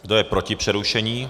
Kdo je proti přerušení?